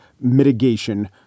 mitigation